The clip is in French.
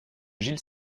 gilles